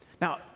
Now